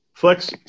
Flex